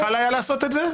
הוא יכול היה לעשות את זה?